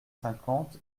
cinquante